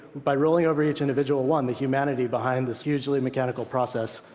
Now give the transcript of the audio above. by rolling over each individual one, the humanity behind this hugely mechanical process.